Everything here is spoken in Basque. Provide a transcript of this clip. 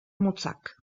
motzak